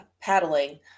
paddling